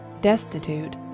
destitute